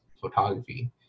photography